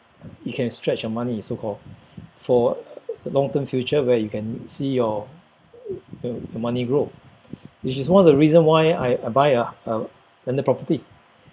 you can stretch your money so call for long term future where you can see your your money grow which is one of the reason why I I buy a a landed property